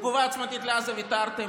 על תגובה עוצמתית לעזה ויתרתם.